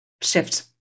shift